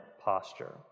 posture